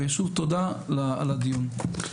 ושוב תודה על הדיון.